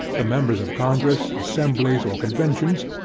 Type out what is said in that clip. the members of congress, assemblies, or conventions,